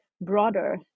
broader